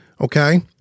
okay